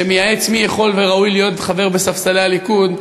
שמייעץ מי ראוי ויכול להיות חבר בספסלי הליכוד: